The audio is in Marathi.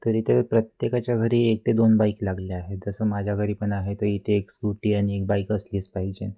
तर इथं प्रत्येकाच्या घरी एक ते दोन बाईक लागलेल्या आहेत जसं माझ्या घरी पण आहे तर इथे एक स्कूटी आणि एक बाईक असलीच पाहिजेन